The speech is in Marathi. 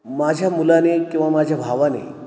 माझ्या मुलाने किंवा माझ्या भावाने